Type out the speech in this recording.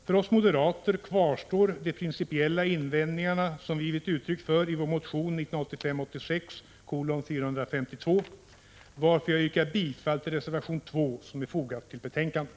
För oss moderater kvarstår de principiella invändningar som vi givit uttryck för i vår motion 1985/86:452, varför jag yrkar bifall till reservation 2 som är fogad till betänkandet.